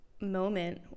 moment